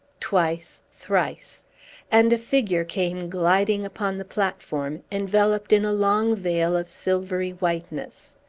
twice, thrice and a figure came gliding upon the platform, enveloped in a long veil of silvery whiteness.